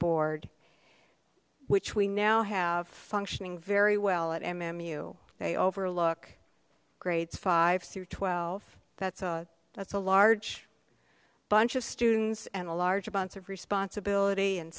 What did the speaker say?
board which we now have functioning very well at m m u they overlook grades five c or twelve that's a that's a large bunch of students and a large amounts of responsibility and